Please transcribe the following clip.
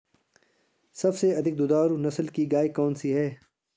सबसे अधिक दुधारू नस्ल की गाय कौन सी है?